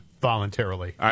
voluntarily